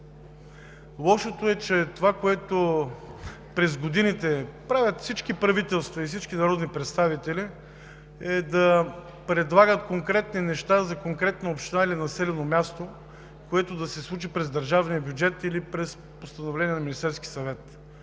Лошото е, че това, което през годините правят всички правителства и всички народни представители, е да предлагат конкретни неща за конкретна община или населено място, което да се случи през държавния бюджет или през постановление на Министерския съвет